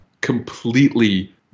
Completely